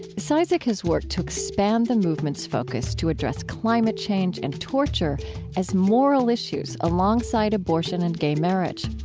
cizik has worked to expand the movement's focus to address climate change and torture as moral issues alongside abortion and gay marriage.